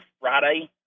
Friday